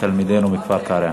תלמידינו מכפר-קרע.